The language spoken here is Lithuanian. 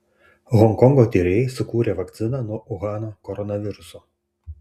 honkongo tyrėjai sukūrė vakciną nuo uhano koronaviruso